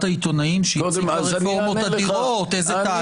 העיתונאים שהציג רפורמות אדירות היה איזה תהליך?